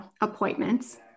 appointments